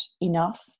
enough